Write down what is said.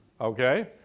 Okay